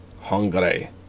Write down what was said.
Hungary